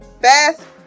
Beth